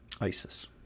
Isis